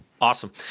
Awesome